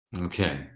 Okay